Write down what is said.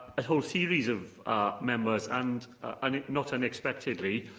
a whole series of members, and, and not unexpectedly,